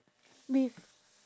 with